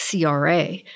CRA